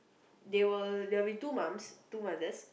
they will there'll be two mums two mothers